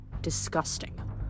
disgusting